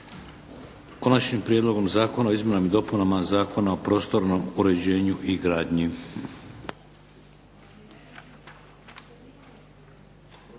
Konačnim prijedlogom Zakona o izmjenama i dopunama Zakona o prostornom uređenju i gradnji.